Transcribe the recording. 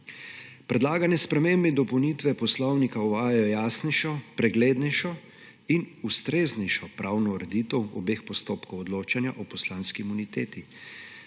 Predlagane spremembe in dopolnitve Poslovnika uvajajo jasnejšo, preglednejšo in ustreznejšo pravno ureditev obeh postopkov odločanja o poslanski imuniteti,